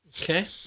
Okay